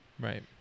Right